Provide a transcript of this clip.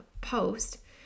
post